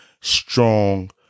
strong